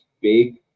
big